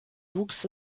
wuchs